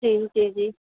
જી જી જી